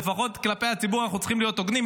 לפחות כלפי הציבור אנחנו צריכים להיות הוגנים.